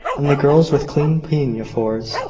and the girls with clean pinafores,